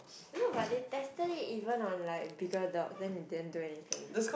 no but they tested it even on like bigger dogs then they didn't do anything